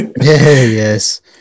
yes